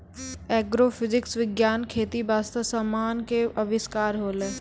agrophysics विज्ञान खेती बास्ते समान के अविष्कार होलै